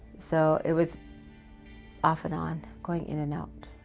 so it was off and on, going in and out.